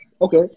Okay